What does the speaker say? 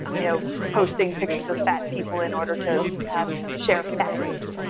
you know, posting pictures of fat people in order to have, share fatist,